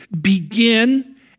begin